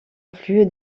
plus